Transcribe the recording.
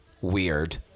Weird